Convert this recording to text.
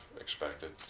expected